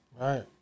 right